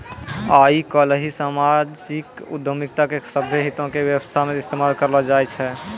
आइ काल्हि समाजिक उद्यमिता के सभ्भे के हितो के व्यवस्था मे इस्तेमाल करलो जाय छै